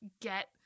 get